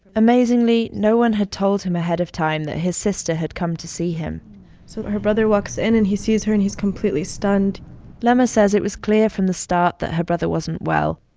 amazingly, no one had told him ahead of time that his sister had come to see him so her brother walks in, and he sees her, and he's completely stunned lama says it was clear from the start that her brother wasn't well.